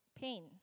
pain